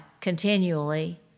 continually